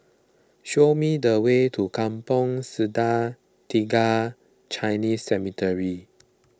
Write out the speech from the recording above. show me the way to Kampong Sungai Tiga Chinese Cemetery